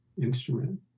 instrument